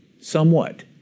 somewhat